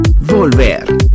volver